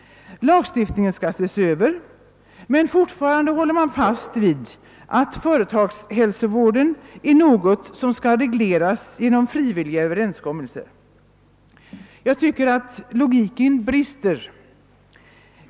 Lagstiftningen skall också ses över. Men fortfarande håller man fast vid att företagshälsovården är något som skall regleras genom frivilliga överenskommelser. Logiken brister enligt min mening.